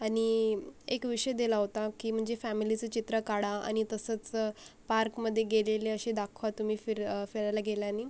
आणि एक विषय दिला होता की म्हणजे फॅमिलीचं चित्र काढा आणि तसंच पार्कमध्ये गेलेले असे दाखवा तुम्ही फि फिरायला गेला नी